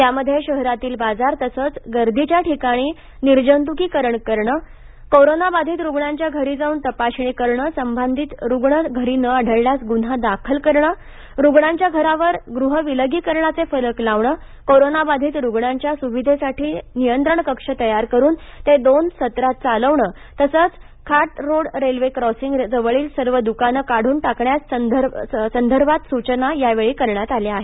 यामध्ये शहरातील बाजार तसेच गर्दीच्या इतर ठिकाणी निर्जंतुकीकरण करणे कोरोना बाधित रुग्णाच्या घरी जाऊन तपासणी करण संबधित रुग्ण घरी न आढळल्यास गुन्हा दाखल करण रुग्णाच्या घरावर गृहविलगीकरणाचे फलक लावणे कोरोना बाधित रुग्णाच्या सुविधेसाठी नियंत्रण कक्ष तयार करून ते दोन सत्रात चालविणे तसेच खात रोड रेल्वे क्रॉसिंग जवळील सर्व दुकाने काढून टाकण्यास संदर्भात सूचना यावेळी देण्यात आल्या आहेत